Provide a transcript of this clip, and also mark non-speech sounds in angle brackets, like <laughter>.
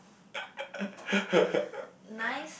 <laughs>